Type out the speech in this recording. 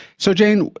so jane,